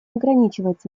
ограничивается